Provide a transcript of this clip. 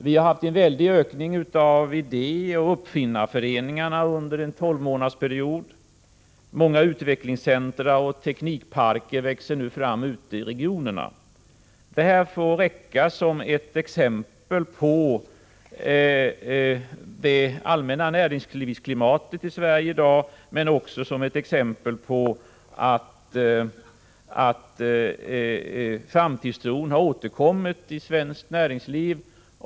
Vi har haft en stor ökning av idé och uppfinnarföreningar under en tolvmånadersperiod. Många utvecklingscentra och teknikparker växer nu fram ute i regionerna. Detta får räcka som exempel på det allmänna näringslivsklimatet i dag, men också som ett exempel på att framtidstron har återkommit i svenskt näringsliv.